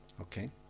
Okay